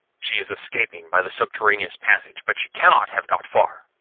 she is escaping by the subterraneous passage, but she cannot have got far.